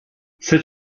cette